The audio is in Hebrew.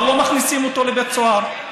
אבל לא מכניסים אותו לבית סוהר.